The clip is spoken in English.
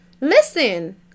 Listen